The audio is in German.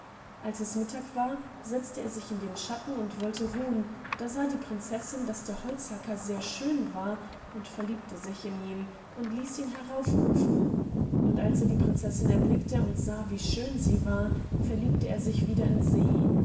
als es mittag war setzte er sich in den schatten und wollte ruhen da sah die prinzessin daß der holzhacker sehr schön war und verliebte sich in ihn und ließ ihn herauf rufen und als er die prinzessin erblickte und sah wie schön sie war verliebte er sich wider in sie